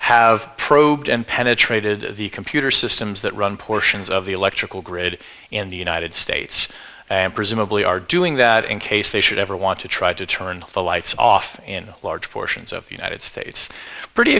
have probed and penetrated the computer systems that run portions of the electrical grid in the united states and presumably are doing that in case they should ever want to try to turn the lights off in large portions of the united states pretty